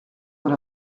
dans